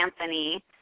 Anthony